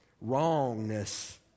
wrongness